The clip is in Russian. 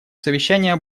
совещания